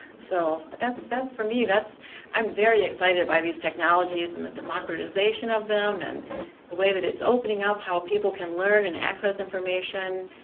so that's, for me that's i'm very excited by these technologies and the democratization of them, and the way that it's opening up how people can learn and access information.